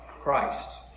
Christ